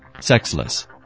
sexless